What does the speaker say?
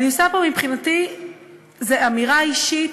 מבחינתי זאת אמירה אישית,